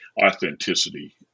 authenticity